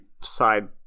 side